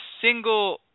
single